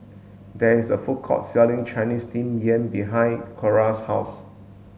there is a food court selling Chinese steamed yam behind Cora's house